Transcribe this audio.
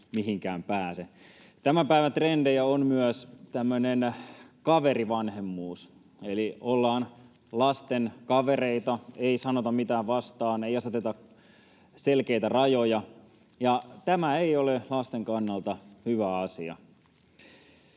mihinkään pääse. Tämän päivän trendejä on myös tämmöinen kaverivanhemmuus. Eli ollaan lasten kavereita, ei sanota mitään vastaan, ei aseteta selkeitä rajoja, ja tämä ei ole lasten kannalta hyvä asia.